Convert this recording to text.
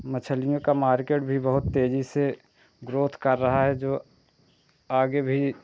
मच्छलियों का मार्केट भी बहुत तेज़ी से ग्रोथ कर रहा है जो आगे भी